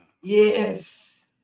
Yes